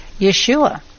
Yeshua